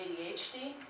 ADHD